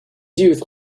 youth